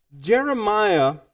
Jeremiah